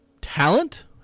talent